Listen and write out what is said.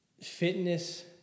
fitness